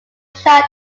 shot